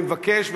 אני מבקש,